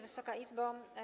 Wysoka Izbo!